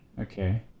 Okay